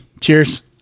Cheers